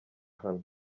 hano